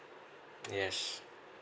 yes